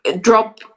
drop